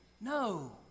No